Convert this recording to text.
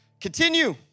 Continue